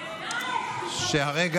חבריי